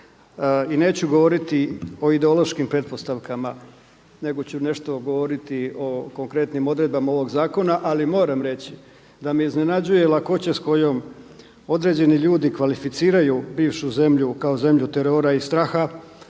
i neću govoriti o ideološkim pretpostavkama, nego ću nešto govoriti o konkretnim odredbama ovoga zakona. Ali moram reći da me iznenađuje lakoća s kojom određeni ljudi kvalificiraju bivšu zemlju kao zemlju terora i straha